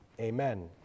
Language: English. Amen